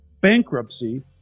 bankruptcy